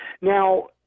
Now